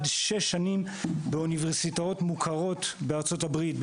שש שנים באוניברסיטאות מוכרות בארצות הברית,